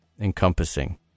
Encompassing